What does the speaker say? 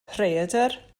rhaeadr